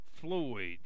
Floyd